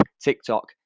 TikTok